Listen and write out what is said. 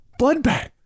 bloodbath